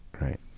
Right